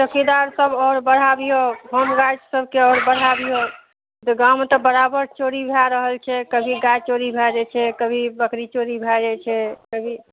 चौकीदार सब आओर बढ़ाबिऔ होमगार्ड सभके आओर बढ़ाबिऔ तऽ गाममे तऽ बराबर चोरी भए रहल छै कभी गाइ चोरी भए जाइ छै कभी बकरी चोरी भए जाइ छै कभी